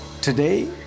Today